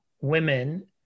women